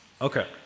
Okay